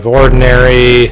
ordinary